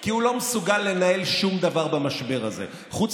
כי הוא לא מסוגל לנהל שום דבר במשבר הזה חוץ